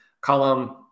Column